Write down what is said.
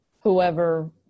whoever